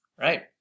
right